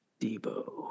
Debo